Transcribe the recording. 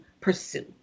pursue